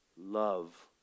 love